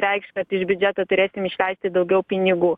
reikš kad iš biudžeto turėsim išeiti daugiau pinigų